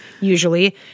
usually